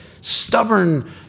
stubborn